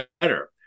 better